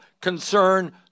concern